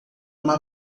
uma